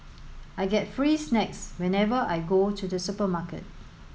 I get free snacks whenever I go to the supermarket